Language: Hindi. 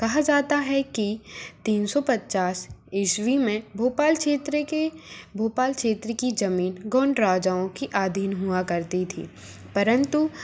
कहा जाता है कि तीन सौ पचास ईस्वी में भोपाल क्षेत्र के भोपाल क्षेत्र की जमीन गोंड राजाओं के आधीन हुआ करती थी परंतु